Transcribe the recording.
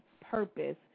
purpose